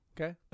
Okay